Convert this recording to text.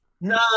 no